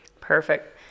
Perfect